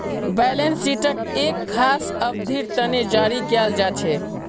balance शीटक एक खास अवधिर तने जारी कियाल जा छे